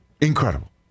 Incredible